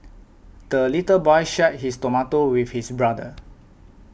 the little boy shared his tomato with his brother